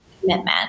commitment